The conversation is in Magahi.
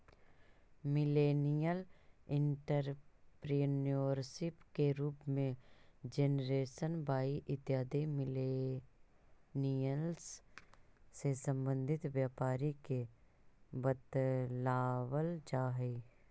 मिलेनियल एंटरप्रेन्योरशिप के रूप में जेनरेशन वाई इत्यादि मिलेनियल्स् से संबंध व्यापारी के बतलावल जा हई